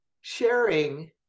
sharing